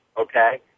okay